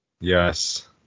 Yes